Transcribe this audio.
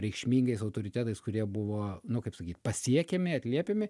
reikšmingais autoritetais kurie buvo nu kaip sakyt pasiekiami atliepiami